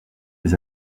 les